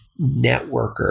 networker